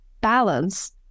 balance